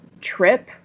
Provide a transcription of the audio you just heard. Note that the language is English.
trip